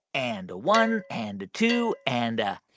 and a one and a two and.